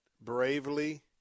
bravely